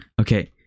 Okay